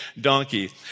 donkey